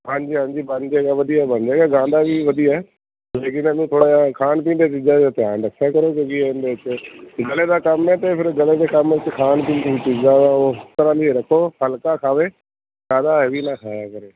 ਹਾਂਜੀ ਹਾਂਜੀ ਬਣ ਜੇਗਾ ਵਧੀਆ ਬਣ ਜੇਗਾ ਗਾਉਂਦਾ ਵੀ ਵਧੀਆ ਥੋੜ੍ਹਾ ਜਿਹਾ ਖਾਣ ਪੀਣ ਦੀਆਂ ਚੀਜ਼ਾਂ ਦਾ ਧਿਆਨ ਰੱਖਿਆ ਕਰੋ ਕਿਉਂਕਿ ਇਹਦੇ ਗਲੇ ਦਾ ਕੰਮ ਹੈ ਅਤੇ ਫਿਰ ਗਲੇ ਦੇ ਕੰਮ 'ਚ ਖਾਣ ਪੀਣ ਦੀਆਂ ਚੀਜ਼ਾਂ ਉਸ ਤਰ੍ਹਾਂ ਦੀਆਂ ਰੱਖੋ ਹਲਕਾ ਖਾਵੇ ਜ਼ਿਆਦਾ ਹੈਵੀ ਨਾ ਖਾਇਆ ਕਰੇ